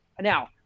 Now